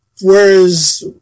whereas